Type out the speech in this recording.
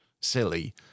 silly